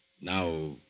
Now